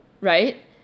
Right